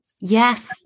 Yes